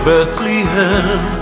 Bethlehem